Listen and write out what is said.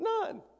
none